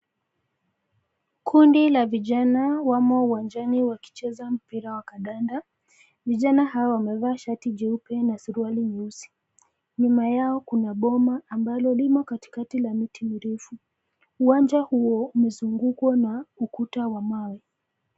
Kundi la vijana wamo uwanjani wakicheza mpira wa kandanda. Vijana hawa wamevaa shati jeupe na suruali nyeusi. Nyuma yao kuna boma ambalo limo katikati la miti mirefu. Uwanja huo umezungukwa na ukuta wa mawe.